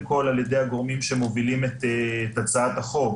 כל על-ידי הגורמים שמובילים את הצעת החוק.